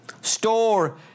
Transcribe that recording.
store